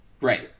right